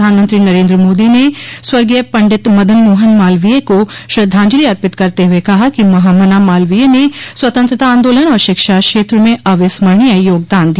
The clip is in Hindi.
प्रधानमंत्री नरेन्द्र मोदी ने स्वर्गीय पंडित मदनमोहन मालवीय को श्रद्धांजलि अर्पित करते हुये कहा कि महामना मालवीय ने स्वतंत्रता आंदोलन और शिक्षा क्षेत्र में अविस्मरणीय योगदान दिया